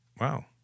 wow